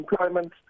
employment